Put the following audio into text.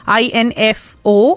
info